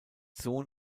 sohn